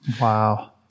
Wow